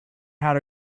how